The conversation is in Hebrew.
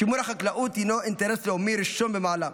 שימור החקלאות הינו אינטרס לאומי ראשון במעלה,